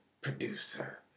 Producer